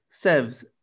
Sevs